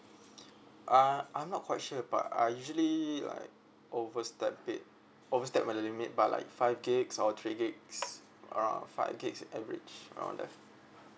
uh I'm not quite sure but I usually like overstep it overstep my limit by like five gigs or three gigs around five gigs average around there